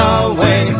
away